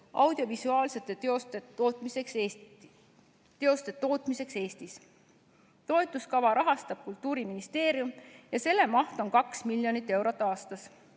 audiovisuaalsete teoste tootmiseks Eestis. Toetuskava rahastab Kultuuriministeerium ja selle maht on 2 miljonit eurot aastas.